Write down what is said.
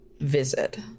visit